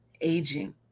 aging